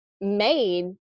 made